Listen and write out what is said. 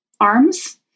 arms